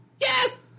yes